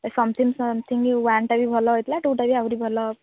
something something ୱାନ୍ଟା ବି ଭଲ ହେଇଥିଲା ଟୁଟା ବି ଆହୁରି ଭଲ ହବ